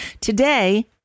Today